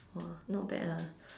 !wah! not bad ah